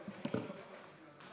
לא.